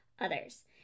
others